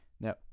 Now